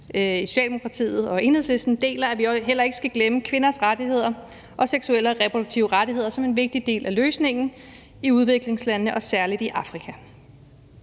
i Socialdemokratiet og Enhedslisten deler synspunktet om, at vi heller ikke skal glemme kvinders rettigheder og seksuelle reproduktive rettigheder som en vigtig del af løsningen i udviklingslandene og særlig i Afrika.